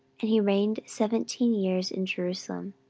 and he reigned seventeen years in jerusalem,